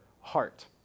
heart